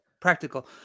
practical